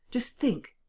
just think.